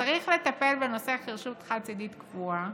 צריך לטפל בנושא חירשות חד-צידית קבועה,